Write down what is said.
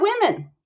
women